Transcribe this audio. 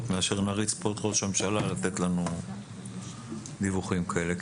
מאשר נריץ לכאן את ראש הממשלה לתת לנו דיווחים כאלה.